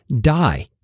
die